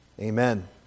amen